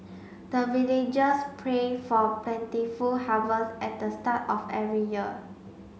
the villagers pray for plentiful harvest at the start of every year